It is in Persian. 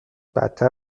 بدتر